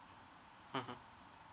mmhmm